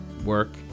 work